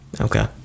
Okay